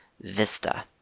Vista